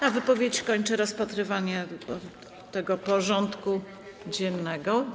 Ta wypowiedź kończy rozpatrywanie tego punktu porządku dziennego.